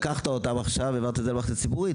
ועכשיו העברת אותם למערכת הציבורית,